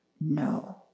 No